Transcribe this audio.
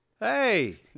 Hey